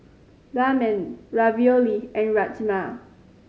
Ramen Ravioli and Rajma